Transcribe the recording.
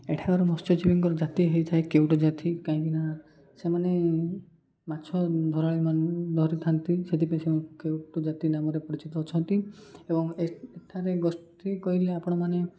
ଏଠାକାର ମତ୍ସ୍ୟଜୀବୀଙ୍କର ଜାତି ହୋଇଥାଏ କେଉଟ ଜାତି କାହିଁକିନା ସେମାନେ ମାଛଧରାଳିମାନେ ଧରିଥାନ୍ତି ସେଥିପାଇଁ ସେ କେଉଟ ଜାତି ନାମରେ ପରିଚିତ ଅଛନ୍ତି ଏବଂ ଏଠାରେ ଗୋଷ୍ଠୀ କହିଲେ ଆପଣମାନେ